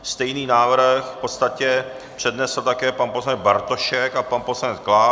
Stejný návrh v podstatě přednesl také pan poslanec Bartošek a pan poslanec Klaus.